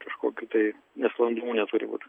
kažkokių tai nesklandumų neturi būt